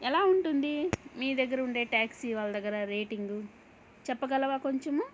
ఎలా ఉంటుంది మీ దగ్గర ఉండే ట్యాక్సీ వాళ్ళ దగ్గర రేటింగు చెప్పగలవా కొంచము